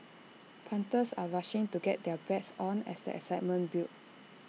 punters are rushing to get their bets on as the excitement builds